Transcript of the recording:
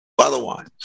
otherwise